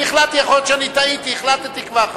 החלטתי, יכול להיות שטעיתי, החלטתי כבר.